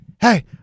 hey